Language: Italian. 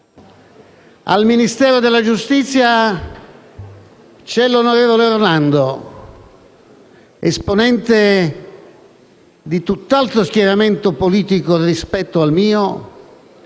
Al Ministero della giustizia c'è l'onorevole Orlando, esponente di tutt'altro schieramento politico rispetto al mio;